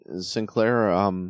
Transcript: Sinclair